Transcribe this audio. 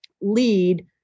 lead